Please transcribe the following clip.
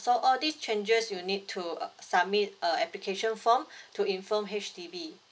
so all these changes you need to uh submit a application form to inform H_D_B